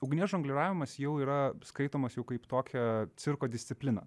ugnies žongliravimas jau yra skaitomas jau kaip tokia cirko disciplina